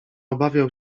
obawiał